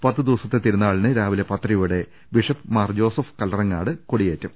പത്ത് ദിവസത്തെ തിരുനാളിന് രാവിലെ പത്തരയോടെ ബിഷപ് മാർ ജോസഫ് കല്ലറങ്ങാട് കൊടി യേറ്റും